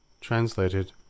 Translated